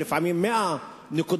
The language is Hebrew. לפעמים 100 נקודות,